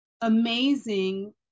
amazing